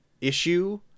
issue